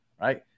right